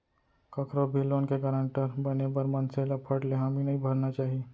कखरो भी लोन के गारंटर बने बर मनसे ल फट ले हामी नइ भरना चाही